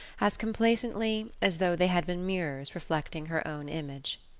as complacently as though they had been mirrors reflecting her own image.